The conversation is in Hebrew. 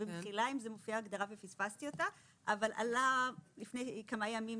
במחילה אם מופיעה הגדרה ופספסתי אותה אבל לפני כמה ימים